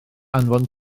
anfon